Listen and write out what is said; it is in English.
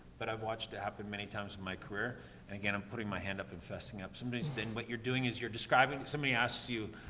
but i've watched it happen many times in my career and again, i'm putting my hand up and fessing up. some days then, what you're doing is you're describing somebody asks you,